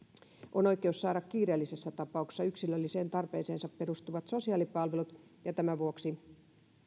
on oikeus saada kiireellisessä tapauksessa yksilölliseen tarpeeseensa perustuvat sosiaalipalvelut ja tämän vuoksi